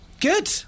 good